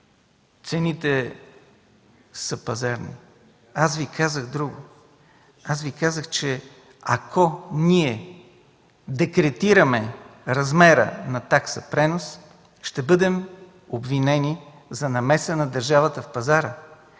Аз Ви казах друго – аз Ви казах, че ние декретираме размера на такса принос, ще бъдем обвинени за намеса на държавата в пазара.